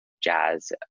jazz